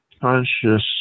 conscious